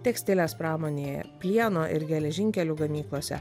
tekstilės pramonėje plieno ir geležinkelių gamyklose